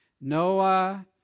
Noah